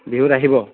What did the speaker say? বিহুত আহিব